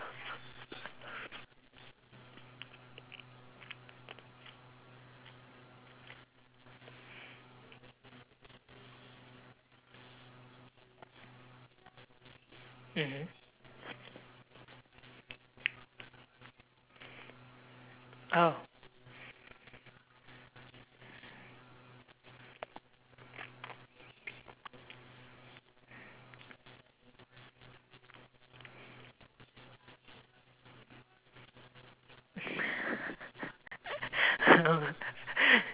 mmhmm oh